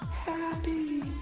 Happy